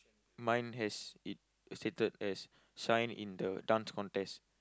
mine has it stated as sign in the dance contest